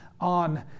on